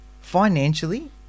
Financially